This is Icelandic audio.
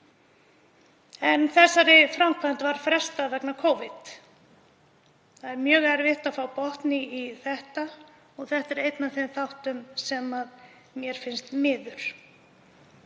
En þessari framkvæmd var frestað vegna Covid. Það er mjög erfitt að fá botn í það og þetta er einn af þeim þáttum sem mér finnst miður.